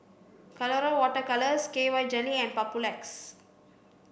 colora water colours K Y jelly and Papulex